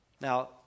Now